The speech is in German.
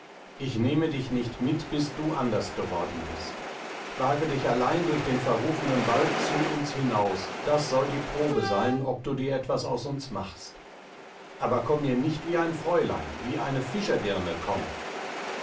ich nehme dich nicht mit bis du anders worden bist wage dich allein durch den verrufenen wald zu uns hinaus das soll die probe sein ob du dir etwas aus uns machst aber komm mir nicht wie ein fräulein wie eine fischerdirne komm